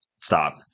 Stop